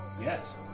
Yes